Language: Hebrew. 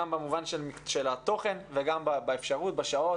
גם במובן של התוכן וגם באפשרות בשעות,